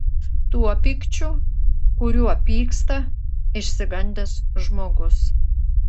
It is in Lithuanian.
tuo pykčiu kuriuo pyksta išsigandęs žmogus